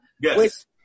Yes